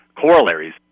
corollaries